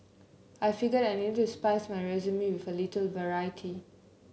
I figured I needed to spice my resume with a little variety